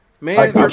Man